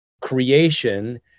creation